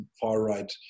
far-right